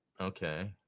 okay